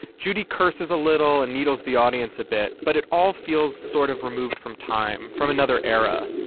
judy cursus a little and needles the audience a bit, but it all feels sort of removed from time. from another era,